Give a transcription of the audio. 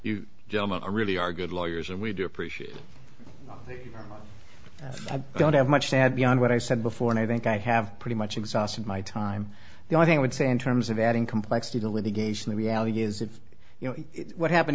gentlemen really are good lawyers and we do appreciate that i don't have much to add beyond what i said before and i think i have pretty much exhausted my time the i think would say in terms of adding complexity to litigation the reality is if you know what happened